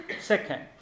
Second